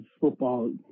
football